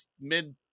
mid